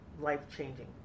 life-changing